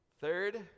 Third